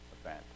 event